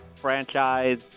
franchise